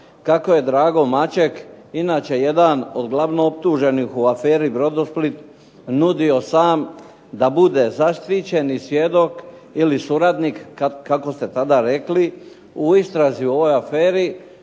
kako je Drago Maček inače jedan od glavno optuženih u aferi Brodosplit nudio sam da bude zaštićeni svjedok ili suradnik kako ste tada rekli. U istrazi o ovoj aferi